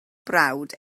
brawd